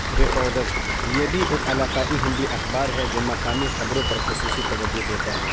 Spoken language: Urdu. ریکارڈر یہ بھی ایک علاقائی ہندی اخبار ہے جو مقامی خبروں پر خصوصی توجہ دیتا ہے